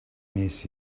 miss